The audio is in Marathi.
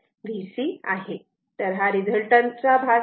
तर हा रिझल्टंट चा भाग आहे